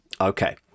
okay